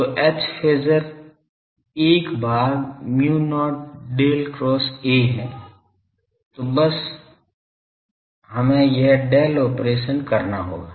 तो H phasor 1 भाग mu not Del cross A है तो बस हमें यह डेल ऑपरेशन करना होगा